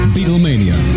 Beatlemania